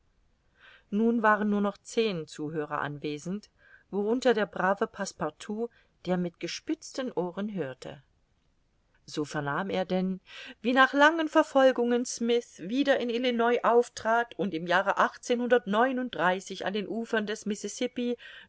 nun waren nur noch zehn zuhörer anwesend worunter der brave passepartout der mit gespitzten ohren hörte so vernahm er denn wie nach langen verfolgungen smyth wieder in illinois auftrat und im jahre an den ufern des